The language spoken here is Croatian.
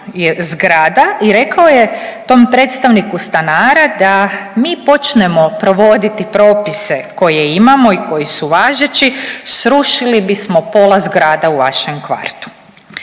zgrada i rekao je tom predstavniku stanara da mi počnemo provoditi propise koje imamo i koji su važeći srušili bismo pola zgrada u vašem kvartu.